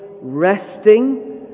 resting